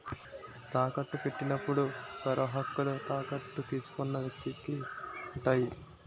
తాకట్టు పెట్టినప్పుడు సర్వహక్కులు తాకట్టు తీసుకున్న వ్యక్తికి ఉంటాయి